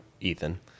Ethan